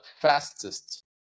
fastest